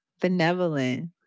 benevolent